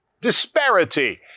disparity